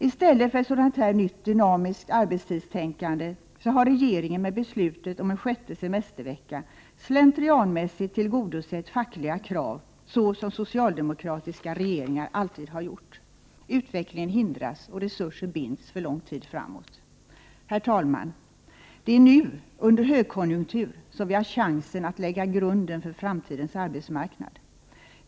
I stället för att tillämpa ett sådant nytt dynamiskt arbetstidstänkande har regeringen i och med beslutet om en sjätte semestervecka slentrianmässigt tillgodosett fackliga krav, som socialdemokratiska regeringar alltid har gjort. Utvecklingen hindras och resurser binds för lång tid framåt. Herr talman! Det är nu under högkonjunktur som vi har chansen att lägga grunden för framtidens arbetsmarknad.